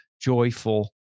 joyful